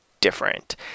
different